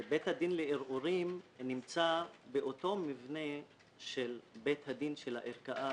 בית הדין לערעורים נמצא באותו מבנה של בית הדין של הערכאה